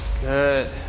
Good